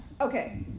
Okay